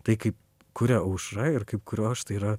tai kaip kuria aušra ir kaip kuriu aš tai yra